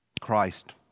Christ